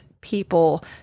people